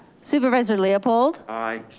supervisor leopold? aye.